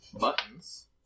buttons